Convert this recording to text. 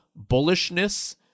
bullishness